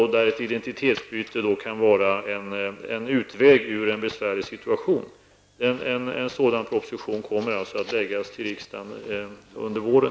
Där kan ett identitetsbyte vara en utväg ur en besvärlig situation. En sådan proposition kommer alltså att föreläggas riksdagen under våren.